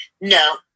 No